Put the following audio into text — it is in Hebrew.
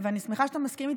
ואני שמחה שאתה מסכים איתי,